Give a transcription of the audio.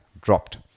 dropped